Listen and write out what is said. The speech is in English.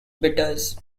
bitters